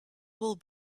will